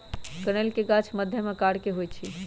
कनइल के गाछ मध्यम आकर के होइ छइ